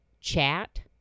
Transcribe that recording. chat